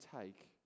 take